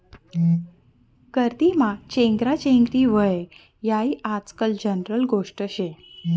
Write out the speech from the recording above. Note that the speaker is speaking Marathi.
गर्दीमा चेंगराचेंगरी व्हनं हायी आजकाल जनरल गोष्ट शे